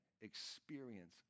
experience